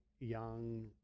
young